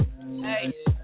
Hey